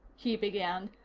he began,